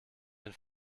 den